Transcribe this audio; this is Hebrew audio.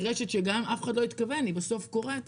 רשת שאף אחד לא התכוון לה אבל היא בסוף קוראת.